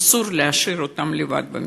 אסור להשאיר אותם לבד.